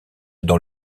dans